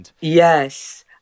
Yes